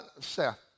Seth